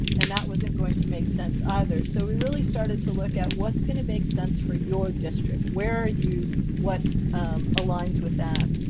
and that wasn't going to make sense either. so we really started to look at what's going to make sense for your district. where are you what aligns with that?